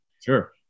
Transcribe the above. sure